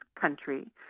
country